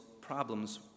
problems